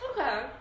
Okay